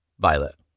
Violet